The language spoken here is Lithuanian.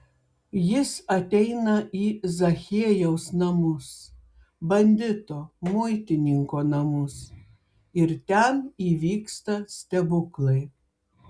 jis ateina į zachiejaus namus bandito muitininko namus ir ten įvyksta stebuklai